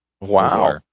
Wow